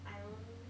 I don't